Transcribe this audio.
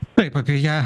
taip apie ją